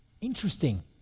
Interesting